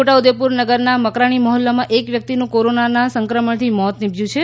છોટાઉદેપુર નગરના મકરાણી મહોલ્લા માં એક વ્યક્તિનું કોરોનાના સંક્રમણથી મોત નિપજ્યું છે